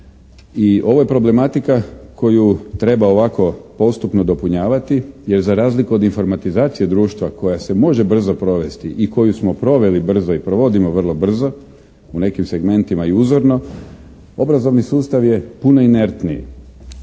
I ovo je problematika koju treba ovako postupno dopunjavati, jer za razliku od informatizacije društva koja se može brzo provesti i koju smo proveli brzo i provodimo vrlo brzo u nekim segmentima i uzorno, obrazovni sustav je puno inertniji